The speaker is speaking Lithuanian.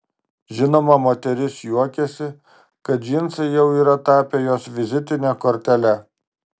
žinoma moteris juokiasi kad džinsai jau yra tapę jos vizitine kortele